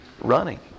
running